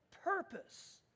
purpose